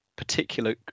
particular